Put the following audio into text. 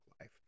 life